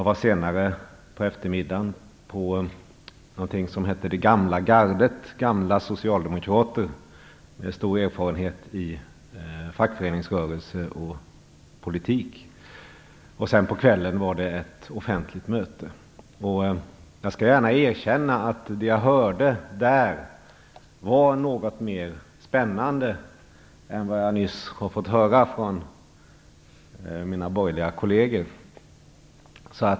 Jag var senare på eftermiddagen på något som hette Det gamla gardet. Det var gamla socialdemokrater med stor erfarenhet från fackföreningsrörelse och politik. På kvällen var det ett offentligt möte. Jag skall gärna erkänna att det jag hörde där var något mer spännande än det jag nyss har fått höra från mina borgerliga kolleger.